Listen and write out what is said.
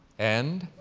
and?